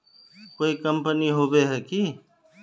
कोई कंपनी होबे है की?